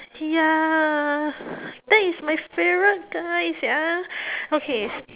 ya that is my favourite guy sia okay